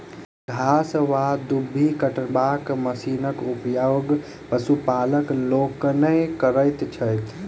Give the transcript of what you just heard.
घास वा दूइब कटबाक मशीनक उपयोग पशुपालक लोकनि करैत छथि